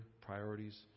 priorities